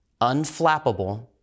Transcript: unflappable